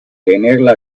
tenerla